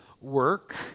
work